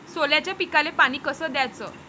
सोल्याच्या पिकाले पानी कस द्याचं?